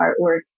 artwork